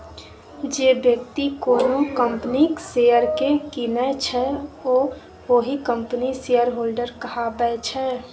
जे बेकती कोनो कंपनीक शेयर केँ कीनय छै ओ ओहि कंपनीक शेयरहोल्डर कहाबै छै